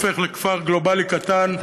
הופך לכפר גלובלי קטן,